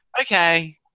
okay